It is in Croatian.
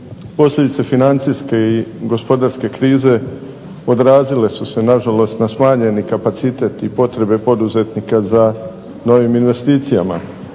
Posljedice financijske i gospodarske krize odrazile su se nažalost na smanjeni kapacitet i potrebe poduzetnika za novim investicijama